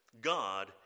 God